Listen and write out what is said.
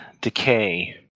decay